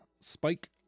Spike